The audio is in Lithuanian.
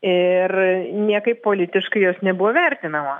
ir niekaip politiškai jos nebuvo vertinama